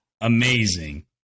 amazing